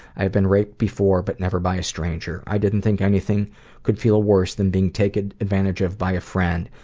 i have been raped before, but never by a stranger. i didn't think anything could feel worse than being taken advantage of by a friend,